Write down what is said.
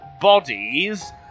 bodies